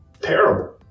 terrible